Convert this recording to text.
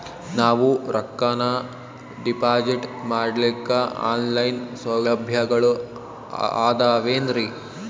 ನಾವು ರೊಕ್ಕನಾ ಡಿಪಾಜಿಟ್ ಮಾಡ್ಲಿಕ್ಕ ಆನ್ ಲೈನ್ ಸೌಲಭ್ಯಗಳು ಆದಾವೇನ್ರಿ?